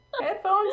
Headphones